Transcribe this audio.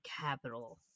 capital